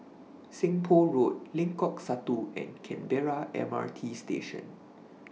Seng Poh Road Lengkok Satu and Canberra M R T Station